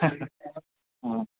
অঁ